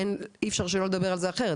אין אי אפשר שלא לדבר על זה אחרת,